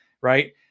right